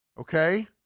okay